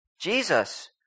Jesus